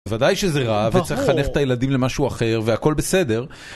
ודאי שזה רע וצריך לחנך את הילדים למשהו אחר והכל בסדר.